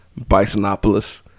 Bisonopolis